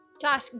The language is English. Josh